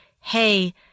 hey